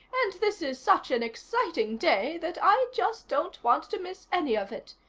and this is such an exciting day that i just don't want to miss any of it.